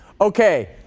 Okay